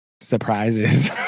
surprises